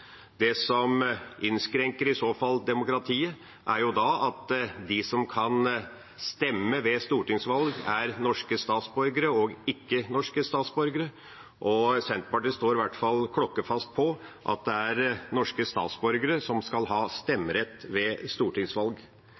Det som i så fall innskrenker demokratiet, er at de som kan stemme ved stortingsvalg, er norske statsborgere og ikke- norske statsborgere. Senterpartiet står klippefast på at det er norske statsborgere som skal ha stemmerett ved stortingsvalg.